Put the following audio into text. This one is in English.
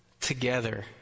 together